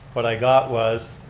but i got was